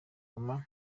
obama